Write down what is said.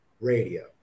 radio